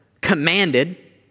commanded